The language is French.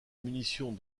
munitions